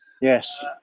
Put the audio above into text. Yes